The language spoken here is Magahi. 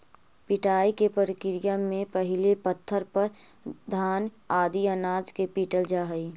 पिटाई के प्रक्रिया में पहिले पत्थर पर घान आदि अनाज के पीटल जा हइ